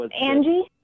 Angie